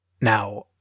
Now